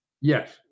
Yes